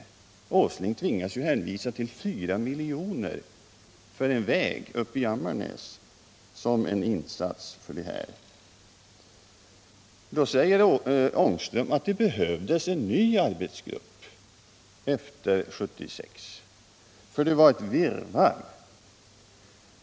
Nils Åsling tvingades hänvisa tll 4 milj.kr. för en väg uppe i Ammarnäs som en insats på det här området. Rune Ångström säger av det behövdes en ny arbetsgrupp efter 1976 därför att det var ett virrvarr.